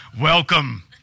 Welcome